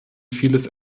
vieles